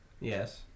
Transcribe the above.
yes